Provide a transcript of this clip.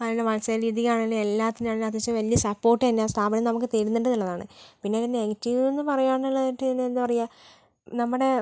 അതിൻ്റെ മത്സര രീതിക്കാണെങ്കിലും എല്ലാത്തിനും നല്ല അത്യാവശ്യം വലിയ സപ്പോർട്ട് തന്നെ ആ സ്ഥാപനം നമുക്ക് തരുന്നുണ്ട് എന്നുള്ളതാണ് പിന്നെ അതിൻ്റെ നെഗറ്റീവ് എന്ന് പറയാം എന്നുള്ള തെറ്റ് തന്നെ എന്താ പറയാ നമ്മുടെ